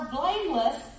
blameless